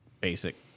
basic